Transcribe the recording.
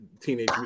Teenage